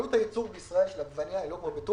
עלות הייצור של עגבנייה בישראל היא לא כמו בטורקיה,